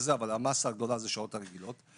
אבל המסה הגדולה היא השעות הרגילות;